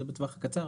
זה בטוח הקצר.